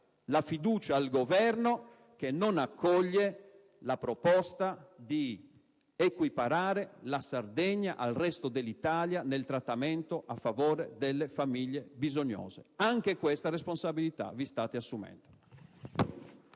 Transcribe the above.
la fiducia ad un Governo che non accoglie la proposta di equiparare la Sardegna al resto dell'Italia nel trattamento a favore delle famiglie bisognose. Anche questa responsabilità vi state assumendo.